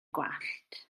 gwallt